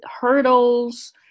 hurdles